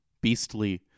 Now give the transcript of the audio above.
Beastly